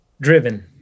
driven